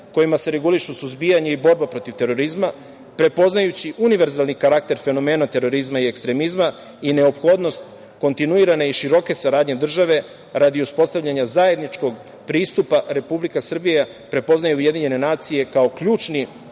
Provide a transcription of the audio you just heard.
kojima se regulišu suzbijanje i borba protiv terorizma, prepoznajući univerzalni karakter fenomena terorizma i ekstremizma i neophodnost kontinuirane i široke saradnje države radi uspostavljanja zajedničkog pristupa Republika Srbija prepoznaje UN kao ključni